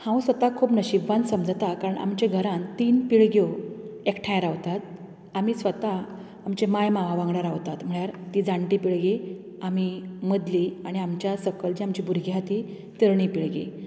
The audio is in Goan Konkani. हांव स्वताक खूब नशीबवान समजता कार्ण आमचे घरान तीन पिळग्यो एकठ्याय रावतात आमी स्वता आमचे माय मावा वांगडा रावतात म्हळ्यार ती जाणटी पिळगी आमी मदली आनी आमच्या सकलच्याम आमची भुरगी आहा ती तरणी पिळगी